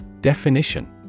Definition